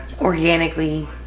organically